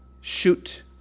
shoot